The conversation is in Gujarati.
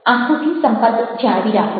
આંખોથી સંપર્ક જાળવી રાખો